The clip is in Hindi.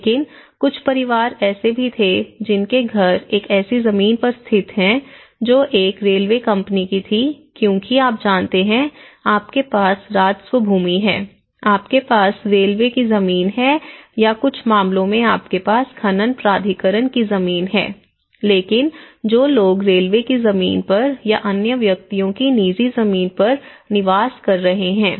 लेकिन कुछ परिवार ऐसे भी थे जिनके घर एक ऐसी जमीन पर स्थित हैं जो एक रेलवे कंपनी की थी क्योंकि आप जानते हैं आपके पास राजस्व भूमि है आपके पास रेलवे की जमीन है या कुछ मामलों में आपके पास खनन प्राधिकरण की जमीन है लेकिन जो लोग रेलवे की जमीन पर या अन्य व्यक्तियों की निजी जमीन पर निवास कर रहे हैं